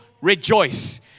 rejoice